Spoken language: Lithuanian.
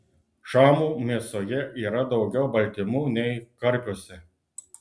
šamų mėsoje yra daugiau baltymų nei karpiuose